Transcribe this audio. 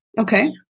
Okay